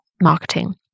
marketing